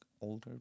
older